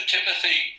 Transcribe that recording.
Timothy